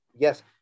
Yes